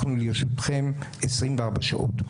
אנחנו לרשותכם 24 שעות.